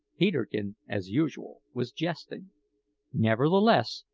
peterkin, as usual, was jesting nevertheless,